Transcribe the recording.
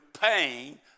pain